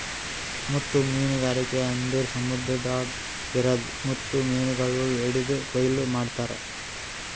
ಮುತ್ತು ಮೀನಗಾರಿಕೆ ಅಂದುರ್ ಸಮುದ್ರದಾಗ್ ಇರದ್ ಮುತ್ತು ಮೀನಗೊಳ್ ಹಿಡಿದು ಕೊಯ್ಲು ಮಾಡ್ತಾರ್